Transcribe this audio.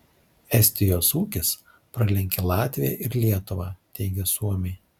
estijos ūkis pralenkia latviją ir lietuvą teigia suomiai